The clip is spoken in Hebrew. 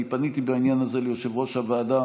אני פניתי בעניין הזה ליושב-ראש הוועדה